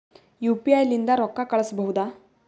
UPI ಲಿಂದ ರೊಕ್ಕ ಕಳಿಸಬಹುದಾ?